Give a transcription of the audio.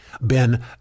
Ben